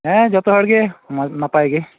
ᱦᱮᱸ ᱡᱚᱛᱚ ᱦᱚᱲ ᱜᱮ ᱱᱟᱯᱟᱭ ᱜᱮ